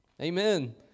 Amen